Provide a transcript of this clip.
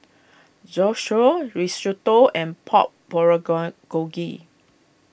Zosui Risotto and Pork Bulgo Gogi